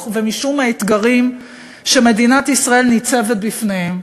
ומשום האתגרים שמדינת ישראל ניצבת בפניהם.